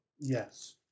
Yes